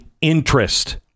interest